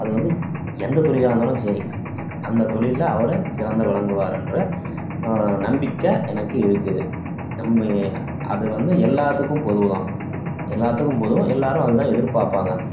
அது வந்து எந்த தொழிலாக இருந்தாலும் சரி அந்த தொழிலில் அவரை சிறந்து விளங்குவாரெகிற நம்பிக்கை எனக்கு இருக்குது நம்ம அதை வந்து எல்லாேத்துக்கும் பொதுதான் எல்லாேத்துக்கும் பொது எல்லாேரும் அதுதான் எதிர்பார்ப்பாங்க